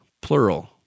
plural